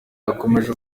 yakomeje